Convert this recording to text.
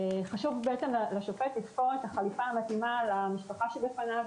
חשוב לשופט לתפור את החליפה המתאימה למשפחה שבפניו